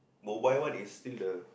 mobile one is still the